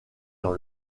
dans